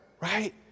Right